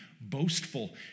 boastful